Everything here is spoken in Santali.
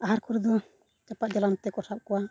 ᱟᱦᱟᱨ ᱠᱚᱨᱮ ᱫᱚ ᱪᱟᱯᱟᱫ ᱡᱟᱞᱟᱢ ᱛᱮᱠᱚ ᱥᱟᱵ ᱠᱚᱣᱟ